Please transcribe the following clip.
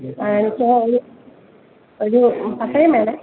ഒരു പട്ടയം വേണം